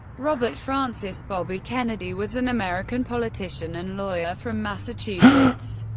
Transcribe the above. robert francis bobby kennedy was an american politician and lawyer from massachusetts.